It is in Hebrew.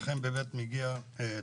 לכם באמת מגיעה תודה.